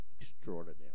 extraordinary